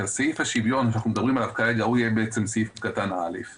אפשר לעשות שסעיף השוויון שאנחנו מדברים עליו יהיה סעיף קטן (א);